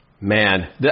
Man